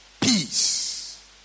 peace